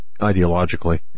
ideologically